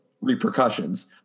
repercussions